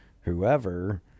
whoever